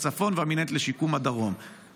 השאלה שלי אתה תענה.